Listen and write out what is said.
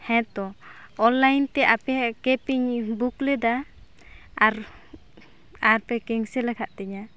ᱦᱮᱸᱛᱚ ᱚᱱᱞᱟᱭᱤᱱᱛᱮ ᱟᱯᱮᱭᱟᱜ ᱠᱮᱯᱤᱧ ᱵᱩᱠ ᱞᱮᱫᱟ ᱟᱨ ᱟᱨ ᱯᱮ ᱠᱮᱱᱥᱮᱞ ᱟᱠᱟᱫ ᱛᱤᱧᱟᱹ